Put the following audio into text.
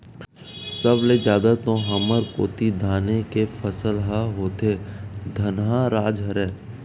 सब ले जादा तो हमर कोती धाने के फसल ह होथे धनहा राज हरय